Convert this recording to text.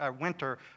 Winter